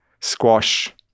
squash